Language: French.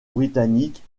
britannique